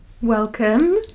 Welcome